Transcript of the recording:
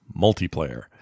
multiplayer